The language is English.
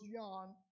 John